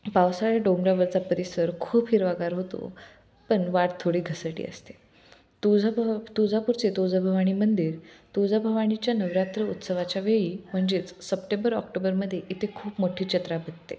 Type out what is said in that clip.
पावसाळ्या डोंगरावरचा परिसर खूप हिरवागार होतो पन वाट थोडी घसरडी असते तुळजा भवा तुळजापूरचे तुळजाभवानी मंदिर तुतुळजाभवानीच्या नवरात्र उत्सवाच्या वेळी म्हणजेच सप्टेंबर ऑक्टोबरमध्ये इथे खूप मोठी चत्रा भघते